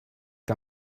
que